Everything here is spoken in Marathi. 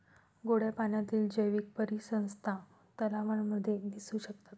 गोड्या पाण्यातील जैवीक परिसंस्था तलावांमध्ये दिसू शकतात